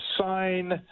sign